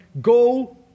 go